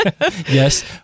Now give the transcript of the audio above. Yes